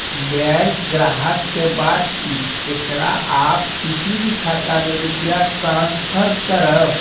Bank ग्राहक के बात की येकरा आप किसी भी खाता मे रुपिया ट्रांसफर करबऽ?